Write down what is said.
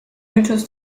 mythos